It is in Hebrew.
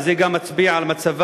וזה גם מצביע על מצבה,